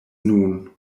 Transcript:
nun